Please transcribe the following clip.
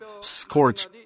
scorch